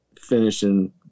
finishing